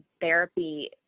therapy